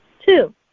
Two